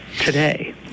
today